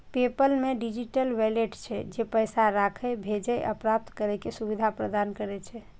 PayPal मे digital wallet छै, जे पैसा राखै, भेजै आ प्राप्त करै के सुविधा प्रदान करै छै